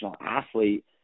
athlete